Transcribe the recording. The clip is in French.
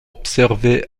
observés